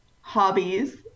hobbies